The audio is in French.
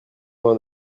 vingt